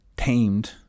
tamed